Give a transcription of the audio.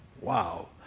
Wow